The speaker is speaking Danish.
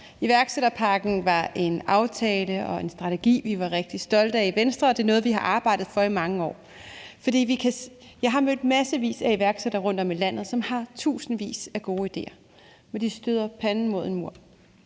Iværksætterpakken var en aftale og en strategi, vi var rigtig stolte af Venstre. Det er noget, vi har arbejdet for i mange år. Jeg har mødt massevis af iværksætter rundt om i landet, som har tusindvis af gode ideer, men de støder panden mod en mur.